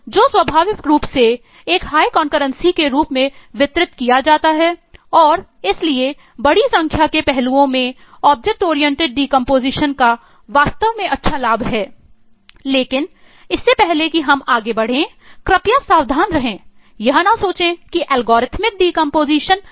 जो स्वाभाविक रूप से एक हाई कॉनकरेंसी बेकार है